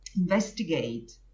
investigate